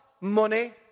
money